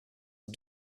aux